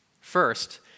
First